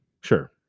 Sure